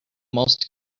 most